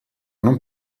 non